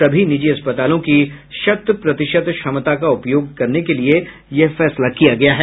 सभी निजी अस्पतालों की शत प्रतिशत क्षमता का उपयोग करने के लिए यह फैसला किया गया है